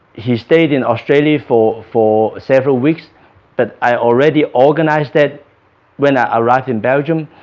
he stayed in australia for for several weeks but i already organized that when i arrived in belgium,